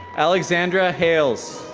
alexandra hales.